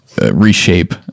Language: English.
reshape